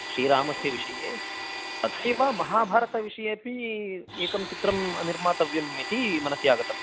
श्रीरामस्य विषये तथैव महाभारतविषयेपि एकं चित्रं निर्मातव्यम् इति मसनि आगतं